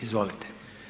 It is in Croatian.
Izvolite.